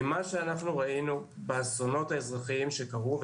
ממה שאנחנו ראינו באסונות האזרחיים שקרו,